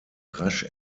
rasch